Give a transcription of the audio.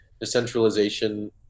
decentralization